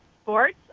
sports